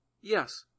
yes